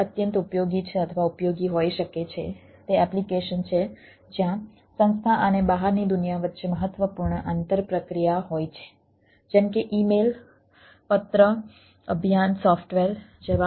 તેથી વસ્તુઓ વચ્ચે ઘણા ઇન્ટરફેસ છે